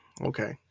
Okay